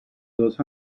dos